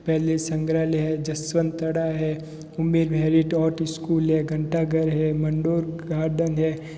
palace संग्रहालय है जसवंत थड़ा है उमेर मेहरी टॉट स्कूल है घंटा घर है मंडोर गार्डन है